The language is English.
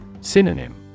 Synonym